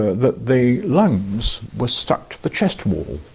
that the lungs were stuck to the chest wall.